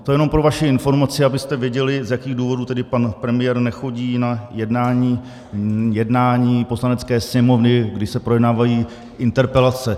To jenom pro vaši informaci, abyste věděli, z jakých důvodů tedy pan premiér nechodí na jednání Poslanecké sněmovny, když se projednávají interpelace.